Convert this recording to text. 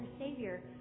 Savior